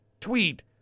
tweet